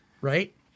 right